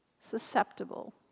susceptible